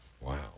Wow